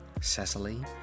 Cecily